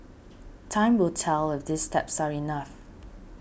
time will tell if these steps are enough